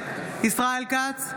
נגד ישראל כץ,